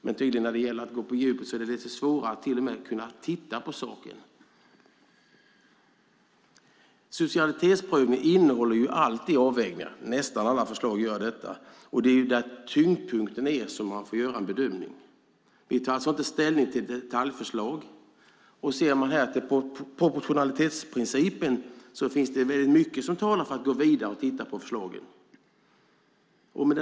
Men när det gäller att gå på djupet är det tydligen svårare att till och med kunna titta på saken. Subsidiaritetsprövningen innehåller alltid avvägningar. Nästan alla förslag gör detta. Det är där tyngdpunkten är som man får göra en bedömning. Vi tar alltså inte ställning till detaljförslag. Ser man till proportionalitetsprincipen finns det väldigt mycket som talar för att gå vidare och titta på förslagen. Fru talman!